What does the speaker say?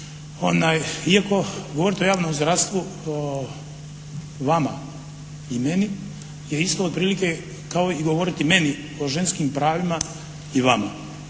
iako govoriti o javnom zdravstvu vama i meni je isto otprilike kao i govoriti meni o ženskim pravima i vama.